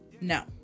no